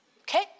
okay